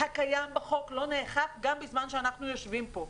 הקיים בחוק לא נאכף גם בזמן שאנחנו יושבים פה.